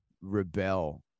rebel